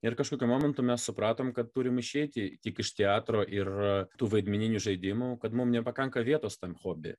ir kažkokiu momentu mes supratom kad turim išeiti tik iš teatro ir tų vaidmeninių žaidimų kad mum nepakanka vietos tam hobi